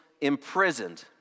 imprisoned